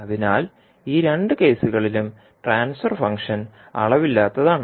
അതിനാൽ ഈ രണ്ട് കേസുകളിലും ട്രാൻസ്ഫർ ഫംഗ്ഷൻ അളവില്ലാത്തതാണ്